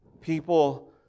People